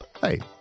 Hey